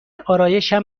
آرایشم